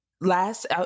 Last